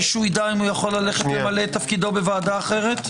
שיידע אם הוא יכול ללכת למלא תפקידו בוועדה אחרת?